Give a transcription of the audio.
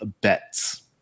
bets